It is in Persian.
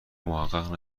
محقق